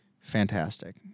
fantastic